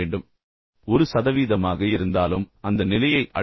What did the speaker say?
வெறும் 1 சதவீதமாக இருந்தாலும் அந்த நிலையை அடையுங்கள்